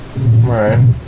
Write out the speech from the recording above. Right